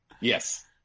Yes